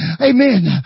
Amen